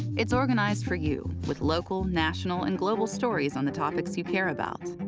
it's organized for you, with local, national, and global stories on the topics you care about.